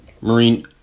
Marine